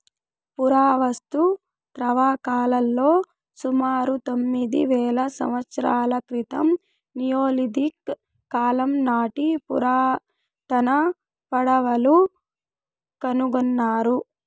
పురావస్తు త్రవ్వకాలలో సుమారు తొమ్మిది వేల సంవత్సరాల క్రితం నియోలిథిక్ కాలం నాటి పురాతన పడవలు కనుకొన్నారు